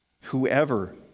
whoever